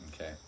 Okay